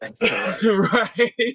Right